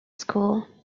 school